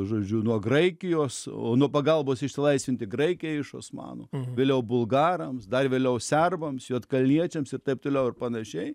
žodžiu nuo graikijos o nuo pagalbos išsilaisvinti graikiją iš osmanų vėliau bulgarams dar vėliau serbams juodkalniečiams ir taip toliau ir panašiai